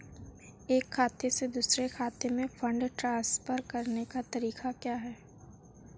एक खाते से दूसरे खाते में फंड ट्रांसफर करने का सबसे आसान तरीका क्या है?